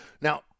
Now